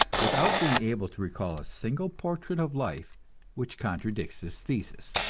without being able to recall a single portrait of life which contradicts this thesis